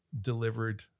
delivered